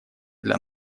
для